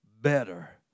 better